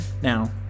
Now